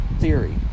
theory